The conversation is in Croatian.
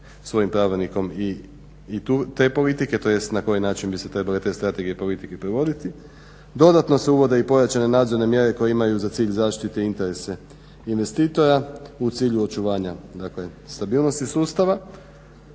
svojim pravilnikom i te politike, tj. na koji način bi se trebale te strategije politike provodite. Dodatno se uvode i pojačane nadzorne mjere koje imaju za cilj zaštite i interese investitora u cilju očuvanja stabilnosti sustava.